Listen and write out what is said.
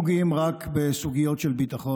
הם לא נוגעים רק בסוגיות של ביטחון,